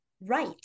right